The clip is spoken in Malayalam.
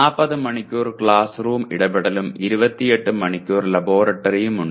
40 മണിക്കൂർ ക്ലാസ് റൂം ഇടപെടലും 28 മണിക്കൂർ ലബോറട്ടറിയും ഉണ്ട്